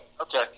okay